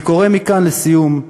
אני קורא מכאן, לסיום,